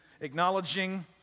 acknowledging